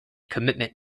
commitment